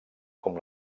com